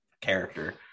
character